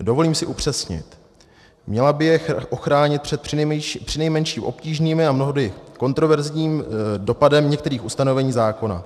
Dovolím si upřesnit: měla by je ochránit před přinejmenším obtížným a mnohdy kontroverzním dopadem některých ustanovení zákona.